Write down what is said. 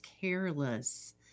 careless